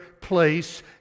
place